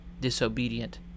disobedient